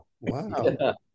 Wow